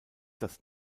das